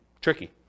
tricky